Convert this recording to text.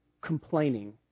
complaining